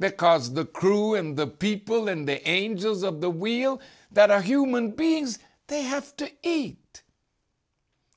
because the crew and the people in the angels of the wheel that are human beings they have to eat